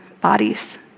bodies